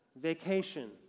Vacation